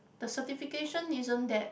the certification isn't that